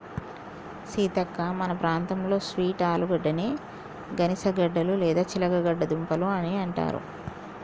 సీతక్క మన ప్రాంతంలో స్వీట్ ఆలుగడ్డని గనిసగడ్డలు లేదా చిలగడ దుంపలు అని అంటారు